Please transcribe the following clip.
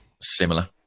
similar